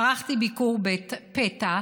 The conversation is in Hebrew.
ערכתי ביקור פתע,